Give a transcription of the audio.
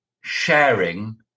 sharing